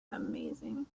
amazing